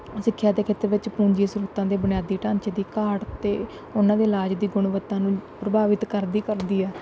ਸਿੱਖਿਆਂ ਦੇ ਖੇਤਰ ਵਿੱਚ ਪੂੰਜੀ ਸਰੋਤਾਂ ਦੇ ਬੁਨਿਆਦੀ ਢਾਂਚੇ ਦੀ ਘਾਟ ਅਤੇ ਉਹਨਾਂ ਦੇ ਇਲਾਜ ਦੀ ਗੁਣਵੱਤਾ ਨੂੰ ਪ੍ਰਭਾਵਿਤ ਕਰਦੀ ਕਰਦੀ ਆ